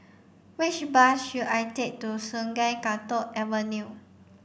which bus should I take to Sungei Kadut Avenue